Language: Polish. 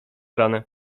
ranę